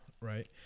right